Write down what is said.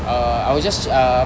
uh I will just uh